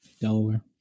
Delaware